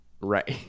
right